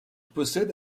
possède